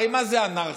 הרי מה זה אנרכיה,